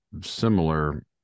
similar